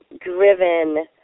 driven